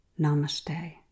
Namaste